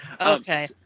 okay